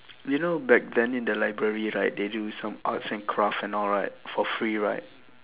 you know back then in the library right they do some arts and craft and all right for free right